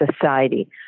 society